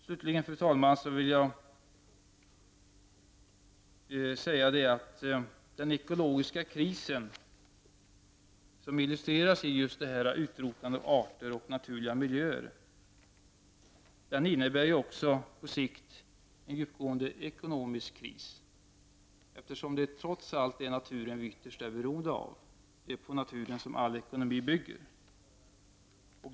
Slutligen vill jag, fru talman, säga att den ekologiska krisen, som illustreras av just utrotandet av arter och naturliga miljöer, på sikt också innebär en djupgående ekonomisk kris, eftersom det trots allt är naturen vi ytterst är beroende av och det är på naturen som all ekonomi bygger.